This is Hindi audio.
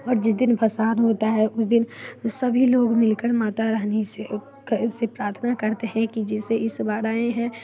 और जिस दिन भसान होता है उस दिन सभी लोग मिलकर माता रानी से प्रार्थना करते हैं कि जैसे इस बार आए हैं